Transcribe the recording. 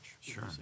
Sure